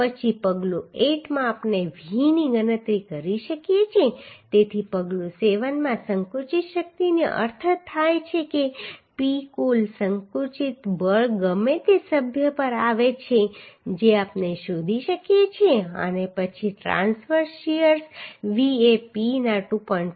પછી પગલું 8 માં આપણે V ની ગણતરી કરી શકીએ છીએ તેથી પગલું 7 માં સંકુચિત શક્તિનો અર્થ થાય છે P કુલ સંકુચિત બળ ગમે તે સભ્ય પર આવે છે જે આપણે શોધી શકીએ છીએ અને પછી ટ્રાંસવર્સ શીયર V એ P ના 2